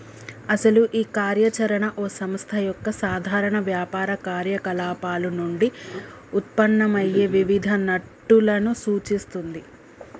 అసలు ఈ కార్య చరణ ఓ సంస్థ యొక్క సాధారణ వ్యాపార కార్యకలాపాలు నుండి ఉత్పన్నమయ్యే వివిధ నట్టులను సూచిస్తుంది